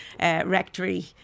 rectory